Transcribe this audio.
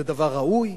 זה דבר ראוי?